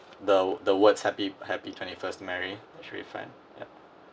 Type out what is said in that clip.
the the words happy happy twenty-first mary should be fine ya